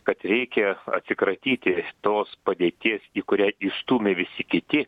kad reikia atsikratyti tos padėties į kurią įstūmė visi kiti